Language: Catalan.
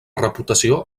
reputació